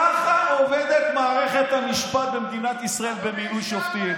ככה עובדת מערכת המשפט במדינת ישראל במינוי שופטים.